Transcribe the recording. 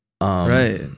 Right